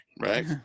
right